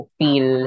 feel